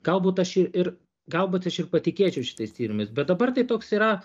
galbūt aš ir ir galbūt aš ir patikėčiau šitais tyrimais bet dabar tai toks yra